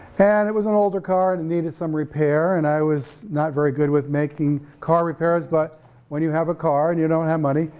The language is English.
and it was an older car and needed some repair, and i was not very good with making car repairs, but when you have a car and you don't have money,